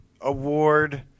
award